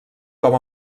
com